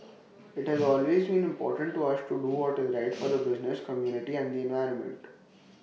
IT has always been important to us to do what is right for the business community and the environment